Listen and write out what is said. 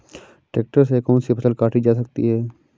Tractor से कौन सी फसल काटी जा सकती हैं?